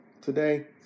today